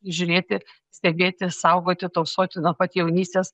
žiūrėti stebėti saugoti tausoti nuo pat jaunystės